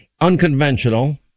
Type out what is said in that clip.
unconventional